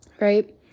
Right